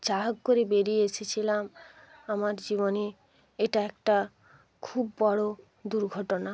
যা হোক করে বেরিয়ে এসেছিলাম আমার জীবনে এটা একটা খুব বড় দুর্ঘটনা